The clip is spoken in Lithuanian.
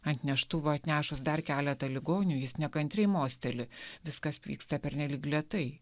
ant neštuvų atnešus dar keletą ligonių jis nekantriai mosteli viskas vyksta pernelyg lėtai